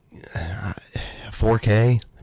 4K